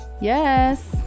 yes